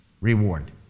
reward